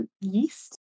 Yeast